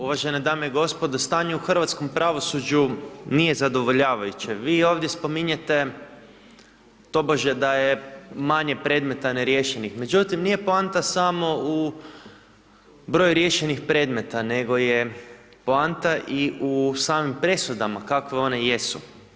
Uvažene dame i gospodo, stanje u hrvatskom pravosuđu nije zadovoljavajuće, vi ovdje spominjete tobože da je manje predmeta neriješenih međutim nije poanta samo u broju riješenih predmeta nego je poanta i u samim presudama kakve one jesu.